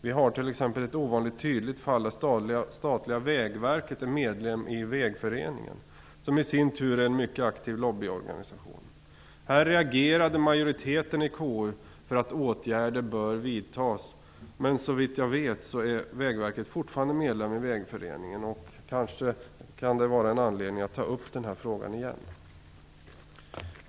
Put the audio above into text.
Vi har t.ex. ett ovanligt tydligt fall, där statliga Vägverket är medlem i Vägföreningen som är en mycket aktiv lobbyorganisation. Här reagerade majoriteten i KU för att åtgärder bör vidtas, men såvitt jag vet är Vägverket fortfarande medlem i Vägföreningen. Kanske kan det finnas anledning att ta upp den här frågan igen.